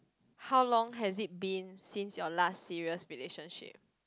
how long has it been since your last serious relationship